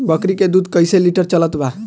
बकरी के दूध कइसे लिटर चलत बा?